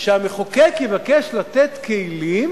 שהמחוקק יבקש לתת כלים